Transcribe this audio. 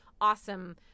awesome